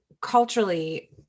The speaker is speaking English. culturally